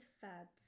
fads